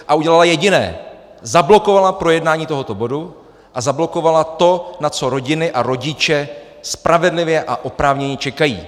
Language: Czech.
A udělala jediné: zablokovala projednání tohoto bodu a zablokovala to, na co rodiny a rodiče spravedlivě a oprávněně čekají.